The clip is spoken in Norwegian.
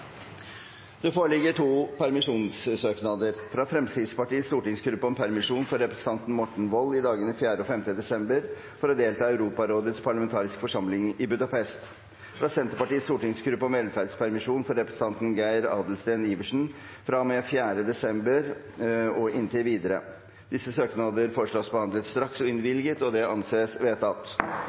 Det foreligger to permisjonssøknader: fra Fremskrittspartiets stortingsgruppe om permisjon for representanten Morten Wold i dagene 4. og 5. desember for å delta i møte i Europarådets parlamentariske forsamling i Budapest fra Senterpartiets stortingsgruppe om velferdspermisjon for representanten Geir Adelsten Iversen fra og med 4. desember og inntil videre. Disse søknader foreslås behandlet straks og innvilget. – Det anses vedtatt.